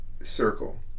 circle